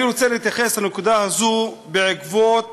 אני רוצה להתייחס לנקודה הזאת בעקבות